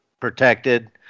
protected